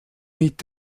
mit